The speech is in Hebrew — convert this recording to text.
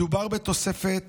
מדובר בתוספת